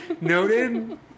noted